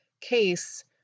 case